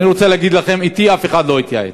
אני רוצה להגיד לכם, אתי אף אחד לא התייעץ.